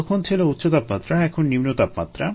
এতক্ষণ ছিল উচ্চ তাপমাত্রা এখন নিম্ন তাপমাত্রা